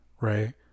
right